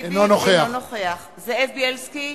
אינו נוכח זאב בילסקי,